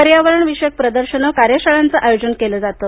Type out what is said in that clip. पर्यावरण विषयक प्रदर्शनं कार्यशाळांचं आयोजन केलं जातं